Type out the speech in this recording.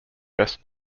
best